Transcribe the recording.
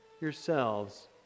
yourselves